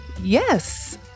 Yes